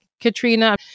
Katrina